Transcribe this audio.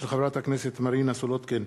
של חברת הכנסת מרינה סולודקין,